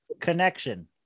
connection